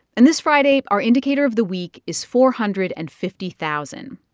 and this friday our indicator of the week is four hundred and fifty thousand.